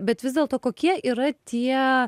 bet vis dėlto kokie yra tie